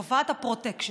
תופעת הפרוטקשן.